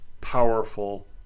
powerful